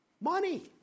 Money